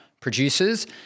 producers